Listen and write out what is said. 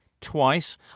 twice